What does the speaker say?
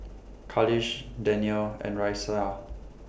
Khalish Danial and Raisya